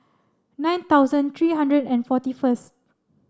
nine thousand three hundred and forty first